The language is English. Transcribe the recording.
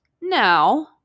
Now